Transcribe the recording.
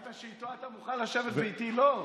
רק שאיתו אתה מוכן לשבת ואיתי לא.